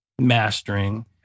mastering